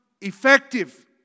effective